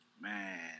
Man